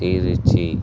Trichy